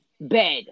Bed